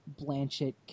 Blanchett